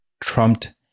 trumped